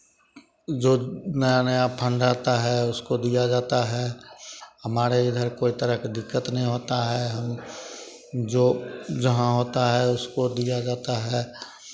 जो नया नया फंड रहता है उसको दिया जाता है हमारे इधर कोई तरह के दिक्कत नहीं होता है हम जो जहाँ होता है उसको दिया जाता है